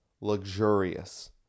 luxurious